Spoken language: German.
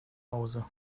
hause